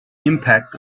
impact